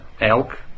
elk